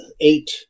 eight